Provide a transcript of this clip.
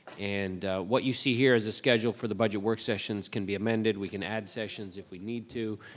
and what you see here is the schedule for the budget work sessions, it can be amended, we can add sessions if we need to.